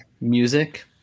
music